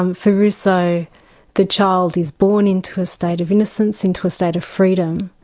um for rousseau the child is born into a state of innocence, into a state of freedom,